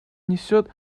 несет